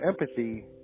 empathy